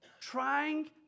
trying